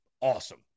Awesome